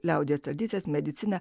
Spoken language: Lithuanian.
liaudies tradicijas mediciną